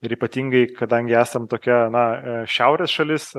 ir ypatingai kadangi esam tokia na šiaurės šalis